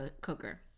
cooker